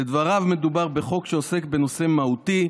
לדבריו, מדובר בחוק שעוסק בנושא מהותי,